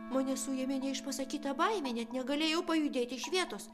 mane suėmė neišpasakyta baimė net negalėjau pajudėti iš vietos